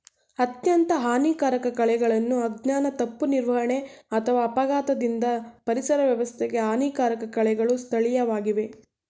ಅತ್ಯಂತ ಹಾನಿಕಾರಕ ಕಳೆಗಳನ್ನು ಅಜ್ಞಾನ ತಪ್ಪು ನಿರ್ವಹಣೆ ಅಥವಾ ಅಪಘಾತದಿಂದ ಪರಿಸರ ವ್ಯವಸ್ಥೆಗೆ ಹಾನಿಕಾರಕ ಕಳೆಗಳು ಸ್ಥಳೀಯವಾಗಿವೆ